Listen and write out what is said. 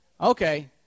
Okay